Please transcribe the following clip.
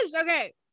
Okay